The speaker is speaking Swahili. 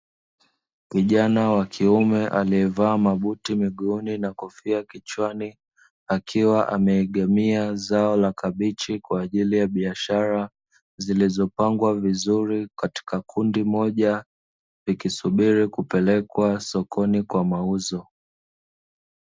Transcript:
Kijana wa kiume aliyevaa mabuti miguuni na kofia kichwani, akiwa ameegemea zao la kabichi kwa ajili ya biashara, zilizopangwa vizuri katika kundi moja likisubiri kupelekwa sokoni kwa mauzo.